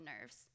nerves